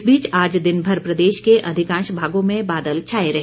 इस बीच आज दिनभर प्रदेश के अधिकांश भागों में बादल छाए रहे